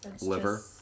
liver